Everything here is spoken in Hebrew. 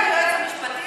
היועץ המשפטי?